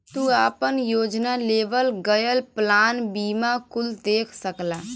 तू आपन योजना, लेवल गयल प्लान बीमा कुल देख सकला